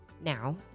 now